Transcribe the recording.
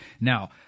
Now